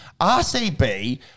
RCB